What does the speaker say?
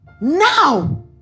Now